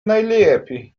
najlepiej